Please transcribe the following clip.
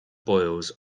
boils